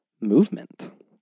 movement